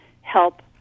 help